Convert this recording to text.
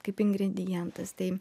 kaip ingredientas tai